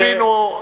אנחנו ליווינו,